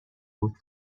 بود